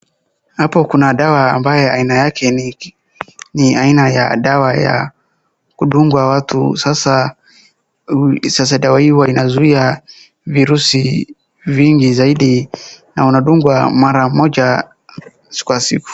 Hapo kuna dawa ambayo aina yake ni aina ya dawa ya kudunga watu sasa dawa hii huwa inazuia virusi vingi zaidi na inadungwa mara moja kwa siku.